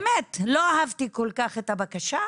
לא אהבתי כל כך את הבקשה,